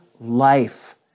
life